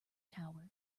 tower